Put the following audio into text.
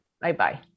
Bye-bye